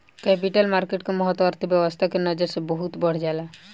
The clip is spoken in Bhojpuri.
कैपिटल मार्केट के महत्त्व अर्थव्यस्था के नजर से बहुत बढ़ जाला